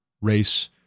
race